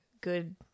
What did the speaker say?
good